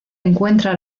encuentra